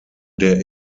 der